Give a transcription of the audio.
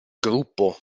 gruppo